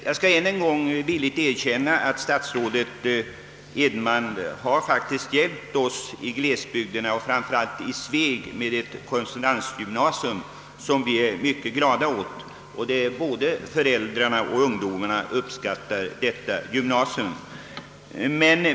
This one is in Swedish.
Jag skall villigt erkänna att statsrådet Edenman har hjälpt oss i glesbygderna och framför allt i Sveg med ett korrespondensgymnasium, som vi är mycket glada åt. Både föräldrarna och ungdomarna uppskattar detta gymnasium.